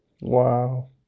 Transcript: Wow